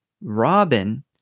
Robin